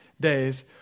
days